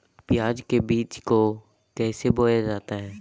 प्याज के बीज को कैसे बोया जाता है?